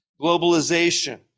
Globalization